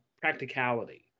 practicality